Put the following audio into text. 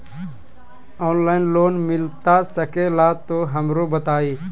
Online loan मिलता सके ला तो हमरो बताई?